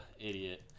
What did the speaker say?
idiot